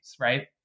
right